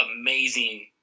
amazing